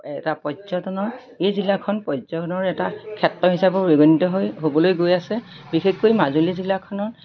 এটা পৰ্যটনৰ এই জিলাখন পৰ্যটনৰ এটা ক্ষেত্ৰ হিচাপে পৰিগণিত হৈ হ'বলৈ গৈ আছে বিশেষকৈ মাজুলী জিলাখনত